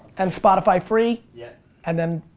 and spotify free, yeah and then,